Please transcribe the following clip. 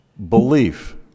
belief